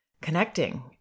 connecting